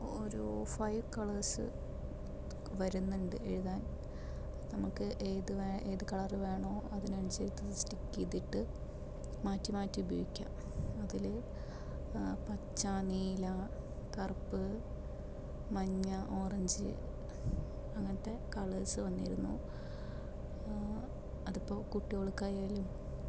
ഒരു five colours വരുന്നുണ്ട് എഴുതാന് അത് നമ്മക്ക് ഏതു വേ ഏത് കളറ് വേണോ അതിനനുസരിച്ചിട്ട് സ്റ്റിക്കീതിട്ട് മാറ്റി മാറ്റി ഉപയോഗിക്കാം അതില് പച്ച നീല കറുപ്പ് മഞ്ഞ ഓറഞ്ച് അങ്ങന്ത്തെ കളേര്സ് വന്നിരുന്നു അതിപ്പോൾ കുട്ടികൾക്കായാലും